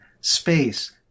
space